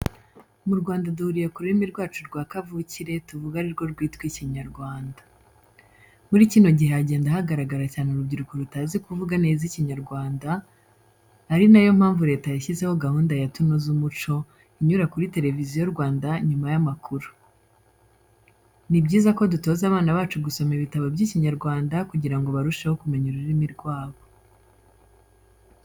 Mu Rwanda duhuriye ku rurimi rwacu rwa kavukire tuvuga ari rwo rwitwa Ikinyarwanda. Muri kino gihe hagenda hagaragara cyane urubyiruko rutazi kuvuga neza Ikinyarwanda, ari na yo mpamvu Leta yashyizeho gahunda ya Tunoze umuco, inyura kuri televiziyo Rwanda nyuma y'amakuru. Ni byiza ko dutoza abana bacu gusoma ibitabo by'Ikinyarwanda kugira ngo barusheho kumenya ururimi rwabo.